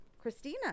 Christina